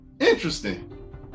Interesting